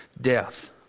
death